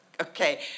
okay